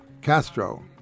Castro